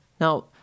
Now